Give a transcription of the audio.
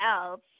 else